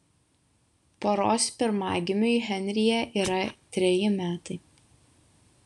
poros pirmagimiui henryje yra treji metai